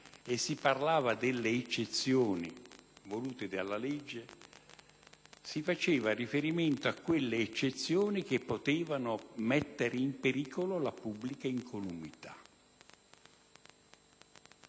e delle eccezioni volute dalla legge, si faceva riferimento a quelle eccezioni che potevano mettere in pericolo la pubblica incolumità.